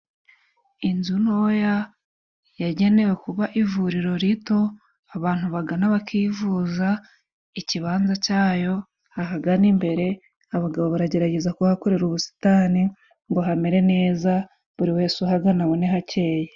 Inzu ntoya yagenewe kuba ivuriro rito abantu bagana bakivuza. Ikibanza cyayo ahagana imbere abagabo baragerageza kuhakorera ubusitani ngo hamere neza, buri wese uhagana abone hakeye.